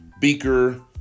Beaker